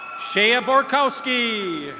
shaya borkowski.